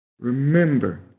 Remember